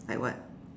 like what